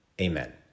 amen